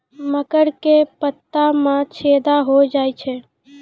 मकर के पत्ता मां छेदा हो जाए छै?